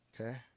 Okay